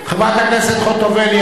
חברת הכנסת חוטובלי,